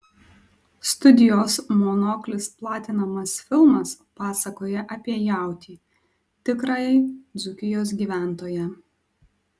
studijos monoklis platinamas filmas pasakoja apie jautį tikrąjį dzūkijos gyventoją